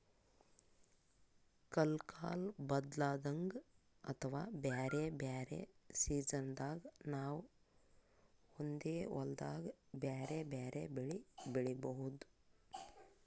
ಕಲ್ಕಾಲ್ ಬದ್ಲಾದಂಗ್ ಅಥವಾ ಬ್ಯಾರೆ ಬ್ಯಾರೆ ಸಿಜನ್ದಾಗ್ ನಾವ್ ಒಂದೇ ಹೊಲ್ದಾಗ್ ಬ್ಯಾರೆ ಬ್ಯಾರೆ ಬೆಳಿ ಬೆಳಿಬಹುದ್